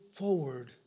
forward